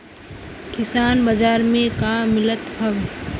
किसान बाजार मे का मिलत हव?